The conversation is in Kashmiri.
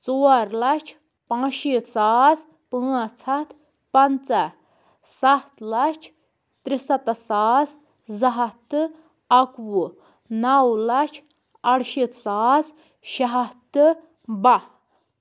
ژور لَچھ پَنٛژشیٖتھ ساس پانٛژھ ہَتھ پَنٛژاہ سَتھ لَچھ تُرسَتتھ ساس زٕ ہَتھ تہٕ اَکہٕ وُہ نَو لَچھ اَرشیٖتھ ساس شےٚ ہَتھ تہٕ بہہ